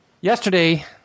yesterday